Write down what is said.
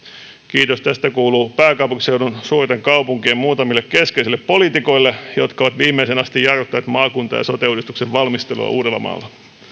kiitos tästä kuuluu pääkaupunkiseudun suurten kaupunkien muutamille keskeisille poliitikoille jotka ovat viimeiseen asti jarruttaneet maakunta ja sote uudistuksen valmistelua uudellamaalla